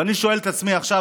ואני שואל את עצמי עכשיו,